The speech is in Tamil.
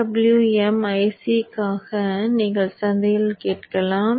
PWM ICக்காக நீங்கள் சந்தையில் கேட்கலாம்